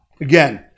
again